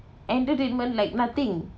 entertainment like nothing